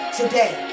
today